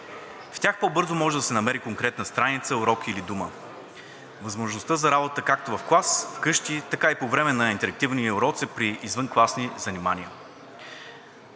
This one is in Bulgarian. В тях по-бързо може да се намери конкретна страница, урок или дума. Възможността за работа е както в клас, вкъщи, така и по време на интерактивни уроци при извънкласни занимания.